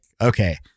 okay